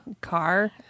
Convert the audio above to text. car